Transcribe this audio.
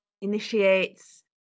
initiates